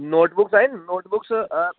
notebooks आहिनि notebooks